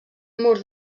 mur